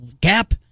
gap